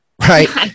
right